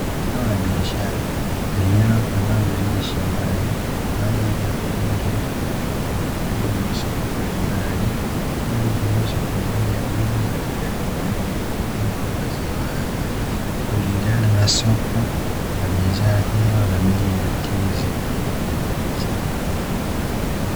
Zao la biashara lililokomaa vizuri shambani kwa ajili ya kuuzwa kwenye masoko mbalimbali, ili liuzwe kwa bei ya jumla na rejareja na wakulima wa mazao haya. Kulingana na soko la bidhaa hiyo na bei elekezi ya bidhaa.